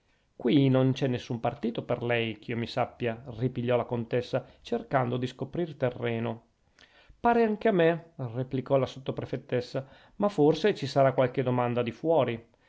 qui non c'è nessun partito per lei ch'io mi sappia ripigliò la contessa cercando di scoprir terreno pare anche a me replicò la sottoprefettessa ma forse ci sarà qualche domanda di fuori